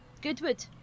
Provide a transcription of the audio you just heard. Goodwood